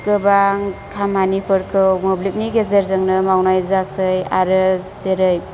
गोबां खामानिफोरखौ मोब्लिबनि गेजेरजोंनो मावनाय जासै आरो जेरै